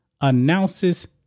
announces